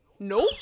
Nope